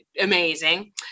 amazing